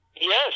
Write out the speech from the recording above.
Yes